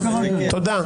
תודה.